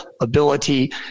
ability